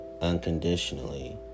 unconditionally